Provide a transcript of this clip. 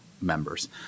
members